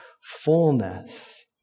fullness